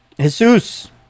jesus